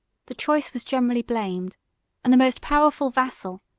the choice was generally blamed and the most powerful vassal,